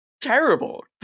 terrible